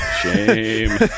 shame